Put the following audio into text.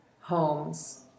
homes